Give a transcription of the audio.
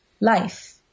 life